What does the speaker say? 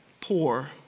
poor